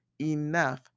enough